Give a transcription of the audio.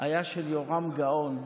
היה של יורם גאון,